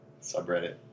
subreddit